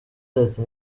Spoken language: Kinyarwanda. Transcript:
ati